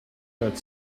had